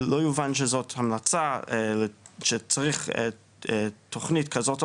שלא יובן שזאת המלצה שצריך תוכנית כזאת,